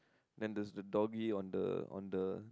then there's a doggy on the on the